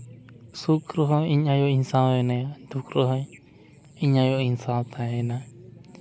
ᱥᱩᱠ ᱨᱮᱦᱚᱸ ᱤᱧ ᱟᱭᱳ ᱤᱧ ᱥᱟᱶ ᱢᱮᱱᱟᱭᱟ ᱫᱩᱠᱷ ᱨᱮᱦᱚᱸ ᱤᱧ ᱟᱭᱳ ᱤᱧ ᱥᱟᱶ ᱛᱟᱦᱮᱱᱟᱭ